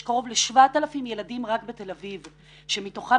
יש קרוב ל-7,000 ילדים רק בתל אביב מתוכם